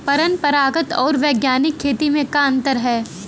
परंपरागत आऊर वैज्ञानिक खेती में का अंतर ह?